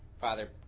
Father